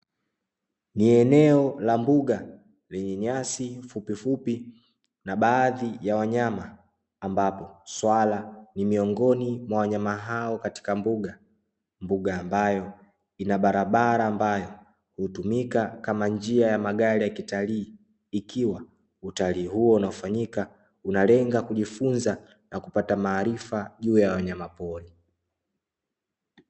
Ni eneo la mbuga vinyanyasi fupi fupi na baadhi ya wanyama ambapo suala ni miongoni mwa wanyama hao katika mbuga, mbuga ambayo ina barabara ambayo hutumika kama njia ya magari ya kitalii ikiwa utalii huo unaofanyika unalenga kujifunza na kupata maarifa juu ya wanyamapori.